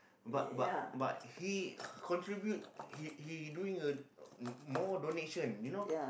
but but but he contribute he he doing uh more donation you know